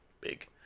big